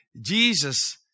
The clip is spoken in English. Jesus